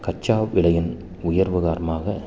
கச்சா விலையின் உயர்வு காரணமாக